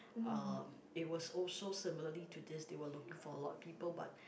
uh it was also similarly to this they were looking for a lot of people but